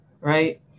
right